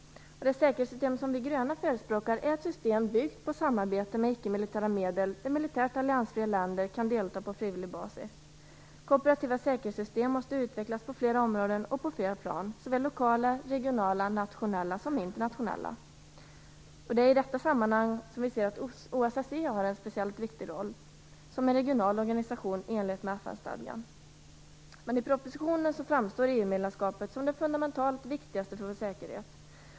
Det säkerhetssystem vi gröna förespråkar är ett system byggt på samarbete med icke-militära medel där militärt alliansfria länder kan delta på frivillig basis. Kooperativa säkerhetssystem måste utvecklas på flera områden och på flera plan, såväl lokala, regionala och nationella som internationella. I detta sammanhang ser vi att OSSE har en viktig roll som regional organisation i enlighet med FN-stadgan. I propositionen framstår dock EU-medlemskapet som det fundamentalt viktigaste för vår säkerhet.